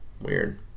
Weird